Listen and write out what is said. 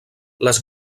les